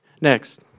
Next